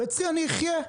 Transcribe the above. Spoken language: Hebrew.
ואצלי אני אחיה.